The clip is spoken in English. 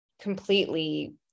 completely